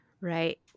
Right